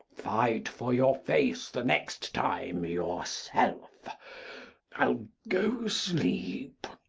fight for your face the next time yourself i'll go sleep.